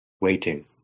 waiting